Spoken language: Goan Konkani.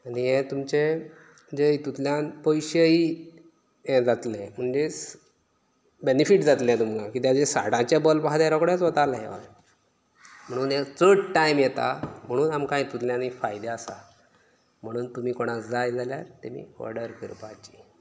आनी हें तुमचे जे हितूतल्यान पयशेयी यें जातले म्हणजे बेनिफीट जातलें तुमकां कित्याक जे साठाचे बल्ब आहा ते रोखडेच वताले म्हणून हे चड टायम येता म्हणून आमकां हितूतल्यान एक फायदें आसा म्हणून तुमी कोणाक जाय जाल्यार तेमी ऑर्डर करपाची